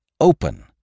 open